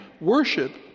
Worship